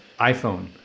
iPhone